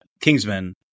kingsman